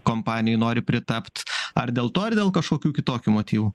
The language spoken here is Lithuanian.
kompanijoj nori pritapt ar dėl to ar dėl kažkokių kitokių motyvų